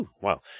wow